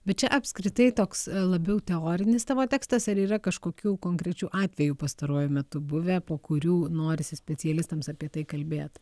bet čia apskritai toks labiau teorinis tavo tekstas ar yra kažkokių konkrečių atvejų pastaruoju metu buvę po kurių norisi specialistams apie tai kalbėt